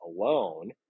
alone